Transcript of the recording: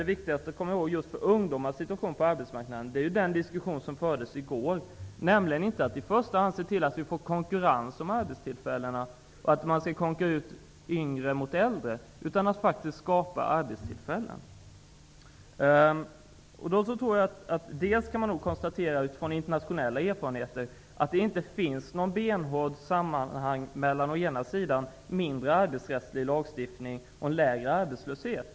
Det viktigaste med tanke på ungdomars situation på arbetsmarknaden är det som diskuterades i går, nämligen att inte i första hand se till att vi får konkurrens om arbetstillfällena och att de unga skall konkurrera ut de äldre, utan faktiskt att skapa arbetstillfällen. Utifrån internationella erfarenheter kan man för det första konstatera att det inte finns något benhårt sammanhang mellan å ena sidan mindre omfattande arbetsrättslig lagstiftning och lägre arbetslöshet.